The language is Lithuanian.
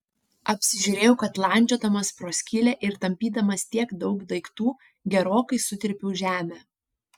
apsižiūrėjau kad landžiodamas pro skylę ir tampydamas tiek daug daiktų gerokai sutrypiau žemę